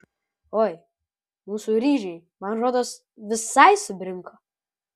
oi mūsų ryžiai man rodos visai subrinko